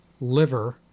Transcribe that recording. liver